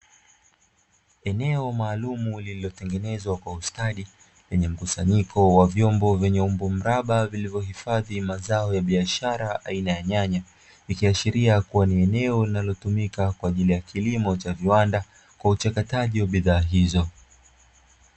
Eneo maalumu lililotengenezwa kwa ustadi, lenye mkusanyiko wa vyombo vyenye umbo mraba, vilivyohifadhi mazao ya biashara aina ya nyanya. Ikiashiria kuwa ni eneo linalotumika kwa ajili ya kilimo cha viwanda kwa uchakataji wa bidhaa hizo.